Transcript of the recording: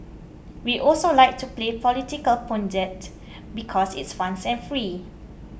we also like to play political pundit because it's fun and free